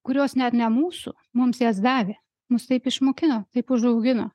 kurios net ne mūsų mums jas davė mus taip išmokino taip užaugino